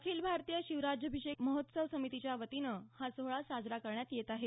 अखिल भारतीय शिवराज्याभिषेक महोत्सव समितीच्यावतीने हा सोहळा साजरा करण्यात येत आहे